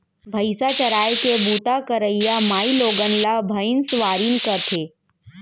भईंसा चराय के बूता करइया माइलोगन ला भइंसवारिन कथें